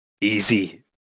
easy